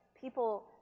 People